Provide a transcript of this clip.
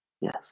Yes